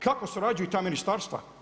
Kako surađuju ta ministarstva?